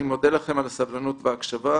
אני מודה לכם על הסבלנות וההקשבה.